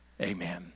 amen